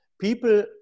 People